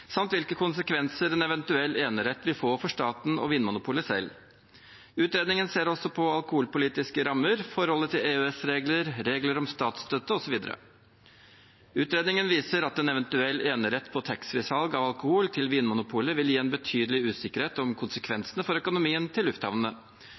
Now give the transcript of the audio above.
samt hvilke konsekvenser en eventuell enerett vil få for staten og Vinmonopolet selv. Utredningen ser også på alkoholpolitiske rammer, forholdet til EØS-regler, regler om statsstøtte osv. Utredningen viser at en eventuell enerett på taxfree-salg av alkohol til Vinmonopolet vil gi en betydelig usikkerhet om